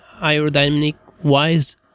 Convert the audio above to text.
aerodynamic-wise